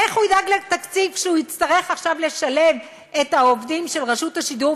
איך הוא ידאג לתקציב כשהוא יצטרך עכשיו לשלב את העובדים של רשות השידור,